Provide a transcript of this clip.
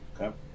Okay